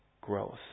Growth